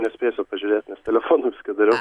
nespėsiu pažiūrėt nes telefonu viską dariau